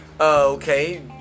Okay